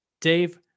Dave